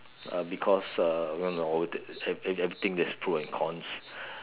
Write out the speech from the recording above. uh because uh ev~ everything thing there's pro and cons